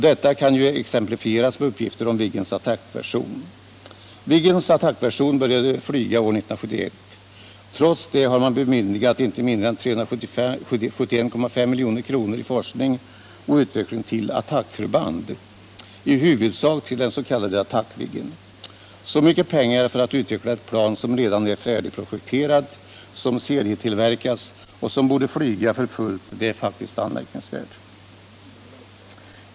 Detta kan exemplifieras med uppgifter om Viggens attackversion. Viggens attackversion började flyga år 1971. Trots detta har man anslagit inte mindre än 371,5 milj.kr. för forskning och utveckling av ”attackförband”, i huvudsak till den s.k. attack-Viggen. Så mycket peng ar för att utveckla ett plan som redan är färdigprojekterat, som serietillverkas och som borde flyga för fullt, det är faktiskt anmärkningsvärt.